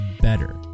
better